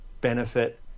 benefit